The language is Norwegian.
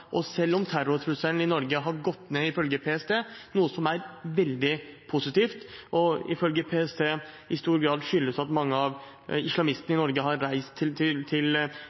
minutter. Selv om terrortrusselen i Norge har gått ned ifølge PST, noe som er veldig positivt og ifølge PST skyldes at mange av islamistene i Norge har reist til